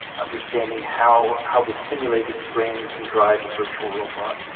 understanding how how the simulated brain can drive a virtual robot.